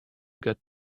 got